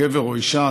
גבר או אישה,